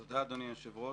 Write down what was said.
תודה, אדוני היושב-ראש.